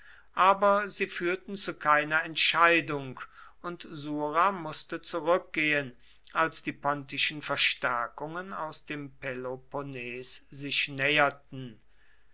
aber sie führten zu keiner entscheidung und sura mußte zurückgehen als die pontischen verstärkungen aus dem peloponnes sich näherten